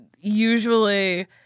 usually